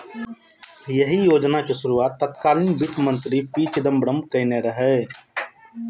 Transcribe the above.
एहि योजनाक शुरुआत तत्कालीन वित्त मंत्री पी चिदंबरम केने रहै